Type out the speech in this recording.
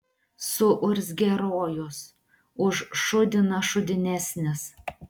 suurzgė rojus už šūdiną šūdinesnis